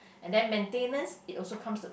and then maintenance it also comes of